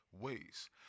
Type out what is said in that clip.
ways